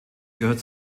gehört